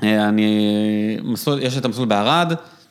אני... יש את המסלול בערד.